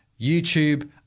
YouTube